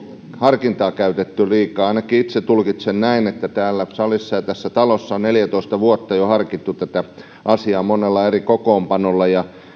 harkintaa käytetty liikaa ainakin itse tulkitsen näin että täällä salissa ja tässä talossa on neljätoista vuotta jo harkittu tätä asiaa monella eri kokoonpanolla ja